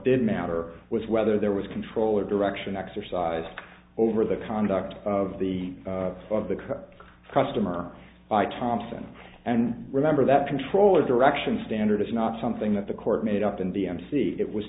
did matter was whether there was control or direction exercised over the conduct of the of the customer by thompson and remember that control or direction standard is not something that the court made up in v m c it was